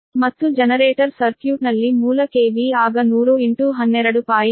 ಮತ್ತು ಜನರೇಟರ್ ಸರ್ಕ್ಯೂಟ್ನಲ್ಲಿ ಮೂಲ KV ಆಗ 100 12